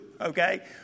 okay